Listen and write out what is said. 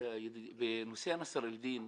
בנושא נאסר א-דין,